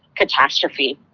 catastrophe.